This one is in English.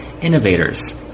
innovators